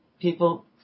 people